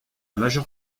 majeure